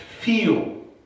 feel